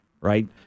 right